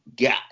got